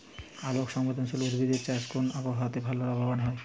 আলোক সংবেদশীল উদ্ভিদ এর চাষ কোন আবহাওয়াতে ভাল লাভবান হয়?